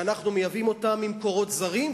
שאנחנו מייבאים אותם ממקורות זרים,